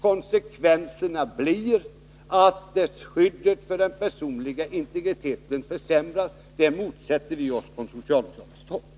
Konsekvenserna härav blir att skyddet för den personliga integriteten försämras. Det motsätter vi oss från socialdemokratiskt håll.